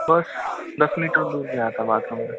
बस दस मीटर दूर गया था बाथरूम में